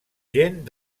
gent